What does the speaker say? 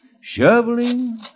shoveling